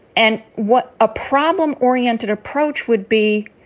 and what a problem oriented approach would be.